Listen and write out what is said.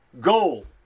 goal